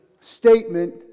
statement